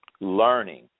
learning